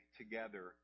together